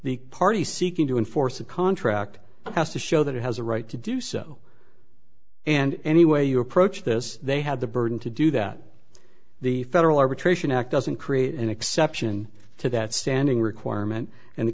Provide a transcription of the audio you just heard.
the party seeking to enforce a contract has to show that it has a right to do so and any way you approach this they have the burden to do that the federal arbitration act doesn't create an exception to that standing requirement and the